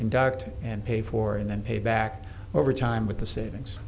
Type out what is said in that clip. conduct and pay for and then pay back over time with the savings